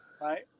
right